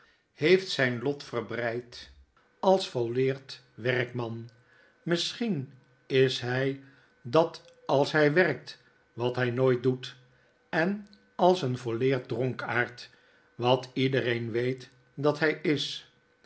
heeft zyn lof verbreid als volleerd werkman misschien is hij dat als hy werkt wat hij nooit doet en als een volleerd dronkaard wat iedereen weet dat hy is